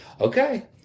Okay